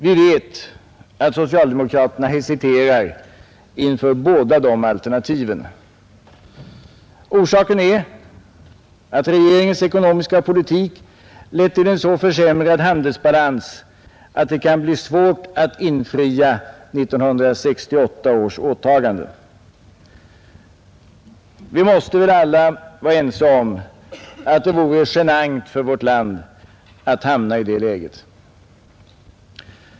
Vi vet att socialdemokraterna hesiterar inför båda dessa alternativ. Orsaken är att regeringens ekonomiska politik har lett till en så försämrad handelsbalans att det kan bli svårt att infria 1968 års åtagande. Vi måste väl alla vara ense om att det vore genant för vårt land att hamna i det läget.